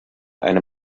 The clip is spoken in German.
eine